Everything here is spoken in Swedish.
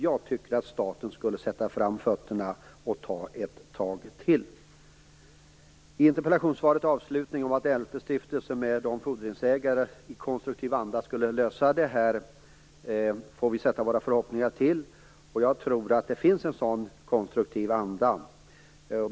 Jag tycker att staten skulle sätta fram fötterna och ta ett tag till. I interpellationssvarets avslutning står det att LP stiftelsen med berörda fordringsägare i konstruktiv anda skulle lösa det här. Vi får sätta våra förhoppningar till det. Jag tror att det finns en sådan konstruktiv anda.